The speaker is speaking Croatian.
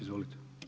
Izvolite.